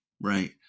right